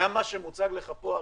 גם מה שמוצג לך פה,